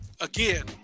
again